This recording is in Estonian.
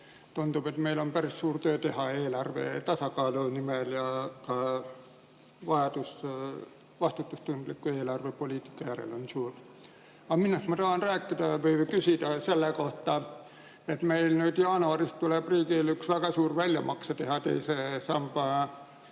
Tundub, et meil on päris suur töö teha eelarve tasakaalu nimel ja ka vajadus vastutustundliku eelarvepoliitika järele on suur. Aga ma tahan küsida selle kohta, et nüüd jaanuaris tuleb riigil üks väga suur väljamakse teha teise samba